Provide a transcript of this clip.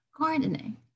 gardening